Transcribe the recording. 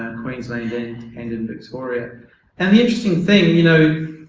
and queensland and in victoria and the interesting thing you know